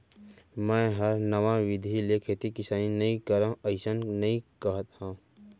मैं हर नवा बिधि ले खेती किसानी नइ करव अइसन नइ कहत हँव